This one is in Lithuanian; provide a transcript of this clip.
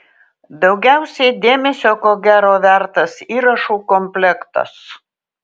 daugiausiai dėmesio ko gero vertas įrašų komplektas